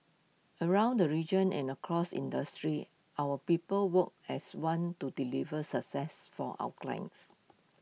around the region and across industries our people work as one to deliver success for our clients